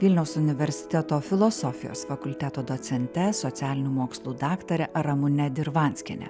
vilniaus universiteto filosofijos fakulteto docente socialinių mokslų daktare ramune dirvanskiene